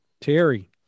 Terry